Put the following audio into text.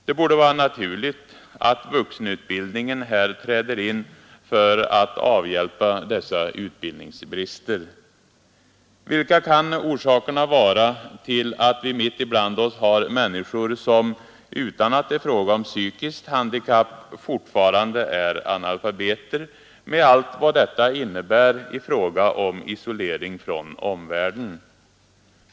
Det borde vara naturligt att vuxenutbildningen här träder in för att avhjälpa dessa utbildningsbrister. Vilka kan orsakerna vara till att vi mitt ibland oss har människor som — utan att det är fråga om psykiskt handikapp — fortfarande är analfabeter, med allt vad detta innebär i fråga om isolering från omvärlden?